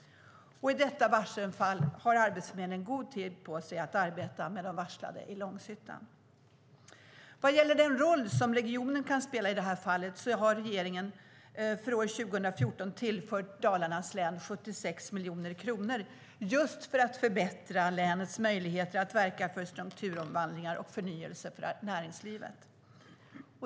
Och i detta varselfall har Arbetsförmedlingen god tid på sig att arbeta med de varslade i Långshyttan. Vad gäller den roll som regionen kan spela i det här fallet har regeringen för år 2014 tillfört Dalarnas län 76 miljoner kronor just för att förbättra länets möjligheter att verka för strukturomvandlingar och förnyelse för näringslivet.